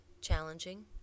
challenging